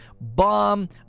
bomb